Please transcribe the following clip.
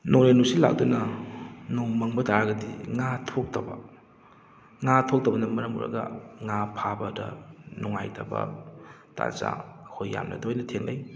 ꯅꯣꯡꯂꯩ ꯅꯨꯡꯁꯤꯠ ꯂꯥꯛꯇꯨꯅ ꯅꯣꯡ ꯃꯪꯕ ꯇꯥꯔꯒꯗꯤ ꯉꯥ ꯊꯣꯛꯇꯕ ꯉꯥ ꯊꯣꯛꯇꯕꯅ ꯃꯔꯝ ꯑꯣꯏꯔꯒ ꯉꯥ ꯐꯕꯗ ꯅꯨꯡꯉꯥꯏꯇꯕ ꯇꯥꯟꯖꯥ ꯑꯩꯈꯣꯏ ꯌꯥꯝꯅ ꯇꯣꯏꯅ ꯊꯦꯡꯅꯩ